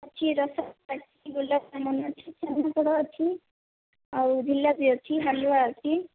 ଅଛି ରସଗୋଲା ଅଛି ଗୋଲାପଜାମୁନ ଅଛି ଛେନା ପୋଡ଼ ଅଛି ଆଉ ଜିଲାପି ଅଛି ହାଲୁଆ ଅଛି